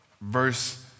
Verse